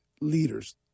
leaders